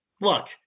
Look